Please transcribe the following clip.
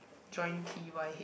join T_Y head